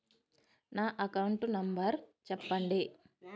నా account number చెప్పండి?